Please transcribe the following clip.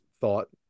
thought